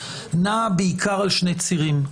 נעה בעיקר על שני צירים: